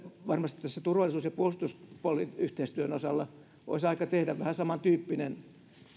varmasti tässä turvallisuus ja puolustusyhteistyön osalla olisi aika tehdä vähän samantyyppinen